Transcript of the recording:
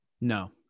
no